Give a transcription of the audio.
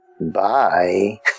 Bye